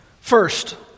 First